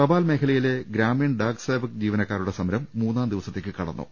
തപാൽ മേഖലയിലെ ഗ്രാമീൺ ഡാക് സേവക് ജീവനക്കാരുടെ സമരം മൂന്നാം ദിവസത്തേക്ക് കടന്നു